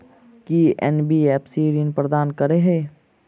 की NBFC ऋण प्रदान करे है?